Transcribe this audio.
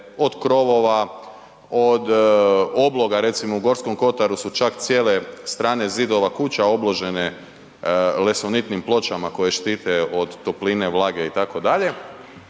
od krovova, od obloga recimo u Gorskom kotaru su čak cijele strane zidova kuća obložene lesonitnim pločama koje štite od topline, vlage itd.